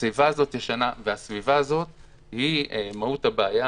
הסביבה הזאת היא מהות הבעיה.